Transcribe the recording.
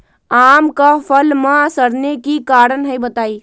आम क फल म सरने कि कारण हई बताई?